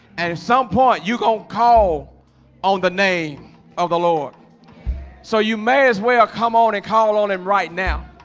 at some point you don't call on the name of the lord so you may as well come on and call on him right now